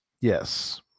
Yes